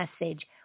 message